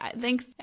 Thanks